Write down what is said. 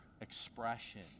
expression